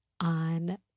on